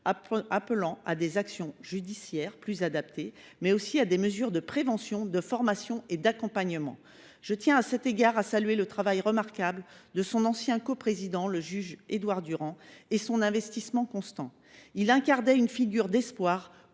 appelant à des actions judiciaires plus adaptées, mais aussi à des mesures de prévention, de formation et d’accompagnement. Je tiens à cet égard à saluer le travail remarquable de son ancien coprésident, le juge Édouard Durand, et son investissement constant. Il incarnait une figure d’espoir